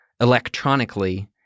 electronically